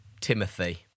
Timothy